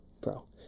Bro